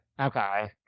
Okay